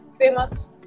famous